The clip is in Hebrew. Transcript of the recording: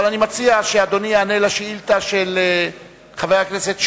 אבל אני מציע שאדוני יענה על השאילתא של חבר הכנסת שאמה.